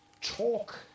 talk